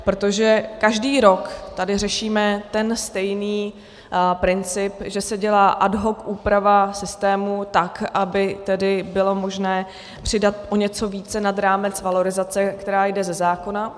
Protože každý rok tady řešíme ten stejný princip, že se dělá ad hoc úprava systému tak, aby tedy bylo možné přidat o něco více nad rámec valorizace, která jde ze zákona.